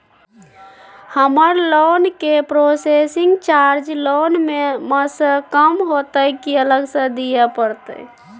हमर लोन के processing charge loan म स कम होतै की अलग स दिए परतै?